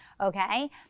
okay